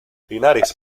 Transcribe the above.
linares